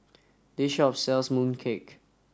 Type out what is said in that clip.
this shop sells mooncake